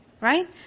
Right